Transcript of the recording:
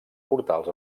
portals